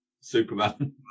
Superman